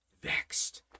vexed